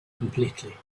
completely